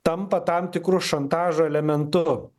tampa tam tikru šantažo elementu